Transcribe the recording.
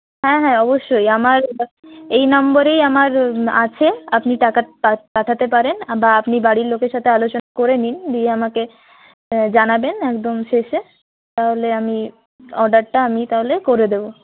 হ্যাঁ হ্যাঁ অবশ্যই আমার এই নম্বরেই আমার আছে আপনি টাকাটা পাঠাতে পারেন বা আপনি বাড়ির লোকের সাথে আলোচনা করে নিন দিয়ে আমাকে জানাবেন একদম শেষে তাহলে আমি অর্ডারটা আমি তাহলে করে দেব